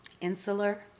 insular